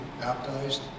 baptized